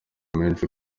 menshi